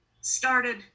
started